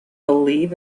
believe